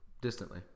distantly